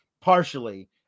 Partially